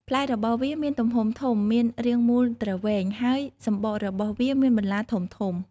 ផ្លែរបស់វាមានទំហំធំ មានរាងមូលទ្រវែង ហើយសម្បករបស់វាមានបន្លាធំៗ។